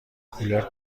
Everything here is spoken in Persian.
کولر